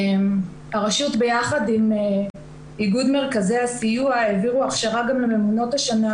הרשות ביחד עם איגוד מרכזי הסיוע העבירו הכשרה גם לממונות השנה,